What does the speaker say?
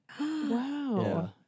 Wow